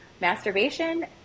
masturbation